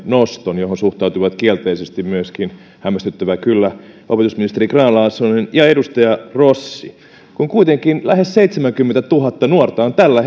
noston johon suhtautuivat kielteisesti myöskin hämmästyttävää kyllä opetusministeri grahn laasonen ja edustaja rossi kun kuitenkin lähes seitsemänkymmentätuhatta nuorta on tällä